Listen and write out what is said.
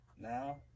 now